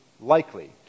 likely